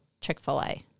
chick-fil-a